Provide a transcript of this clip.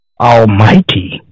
Almighty